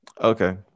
okay